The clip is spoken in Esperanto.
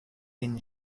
vin